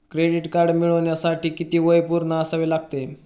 Credit card मिळवण्यासाठी किती वय पूर्ण असावे लागते?